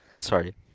Sorry